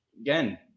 again